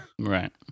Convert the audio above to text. right